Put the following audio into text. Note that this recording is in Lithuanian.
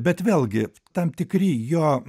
bet vėlgi tam tikri jo